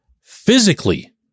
physically